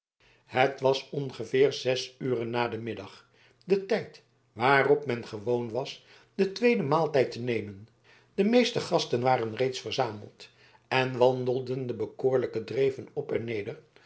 het was ongeveer zes uren na den middag de tijd waarop men gewoon was den tweeden maaltijd te nemen de meeste gasten waren reeds verzameld en wandelden de bekoorlijke dreven op en neder